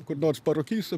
kur nors parūkysim